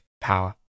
power